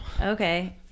Okay